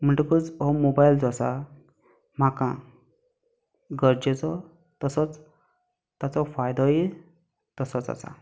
म्हणटकच हो मोबायल जो आसा म्हाका गरजेचो तसोच ताचो फायदोय तसोच आसा